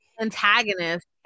antagonist